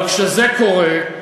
אבל כשזה קורה,